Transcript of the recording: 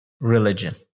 religion